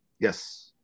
Yes